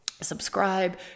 subscribe